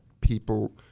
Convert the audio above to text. people